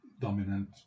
dominant